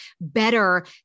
better